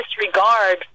disregard